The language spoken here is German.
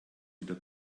wieder